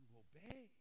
obey